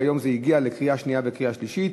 והיום זה הגיע לקריאה שנייה וקריאה שלישית.